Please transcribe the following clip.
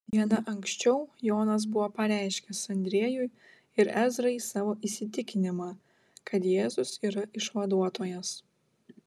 diena anksčiau jonas buvo pareiškęs andriejui ir ezrai savo įsitikinimą kad jėzus yra išvaduotojas